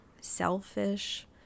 selfish